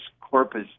corpus